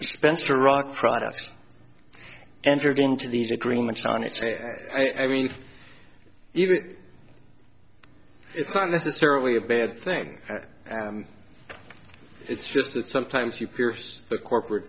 spencer rock products entered into these agreements on its way i mean even it's not necessarily a bad thing it's just that sometimes you pierce a corporate